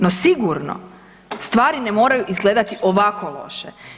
No sigurno stvari ne moraju izgledati ovako loše.